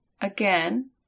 Again